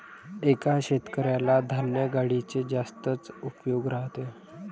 एका शेतकऱ्याला धान्य गाडीचे जास्तच उपयोग राहते